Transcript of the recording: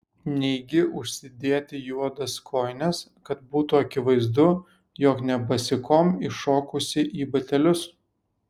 neigi užsidėti juodas kojines kad būtų akivaizdu jog ne basikom iššokusi į batelius